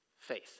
faith